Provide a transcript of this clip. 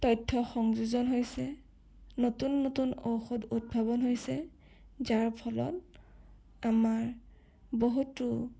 তথ্য সংযোজন হৈছে নতুন নতুন ঔষধ উদ্ভাৱন হৈছে যাৰ ফলত আমাৰ বহুতো